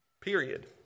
Period